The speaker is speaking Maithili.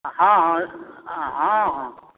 हॅं हॅं हॅं